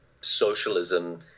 socialism